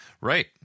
Right